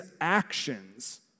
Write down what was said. actions